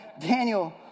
Daniel